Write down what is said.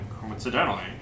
coincidentally